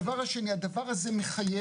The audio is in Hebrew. הדבר השני, הדבר הזה מחייב